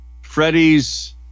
Freddie's